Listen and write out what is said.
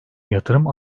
yatırım